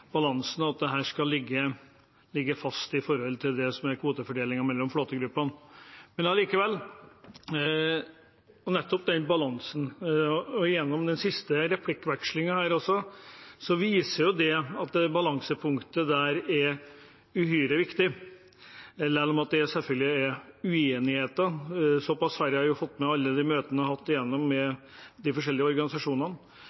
balansen skal ligge fast når det gjelder det som er kvotefordelingen mellom flåtegruppene. Når det gjelder nettopp den balansen, viser den siste replikkvekslingen at det balansepunktet er uhyre viktig, selv om det selvfølgelig er uenigheter. Såpass har jeg fått med meg gjennom alle de møtene jeg har hatt